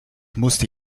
musste